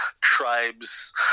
tribes